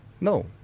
No